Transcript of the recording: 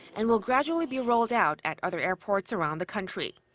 and will gradually be rolled out at other airports around the country.